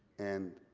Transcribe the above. and,